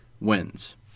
wins